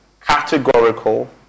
categorical